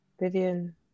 Vivian